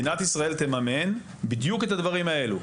תממן בדיוק את הדברים האלה.